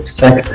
sex